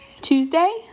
Tuesday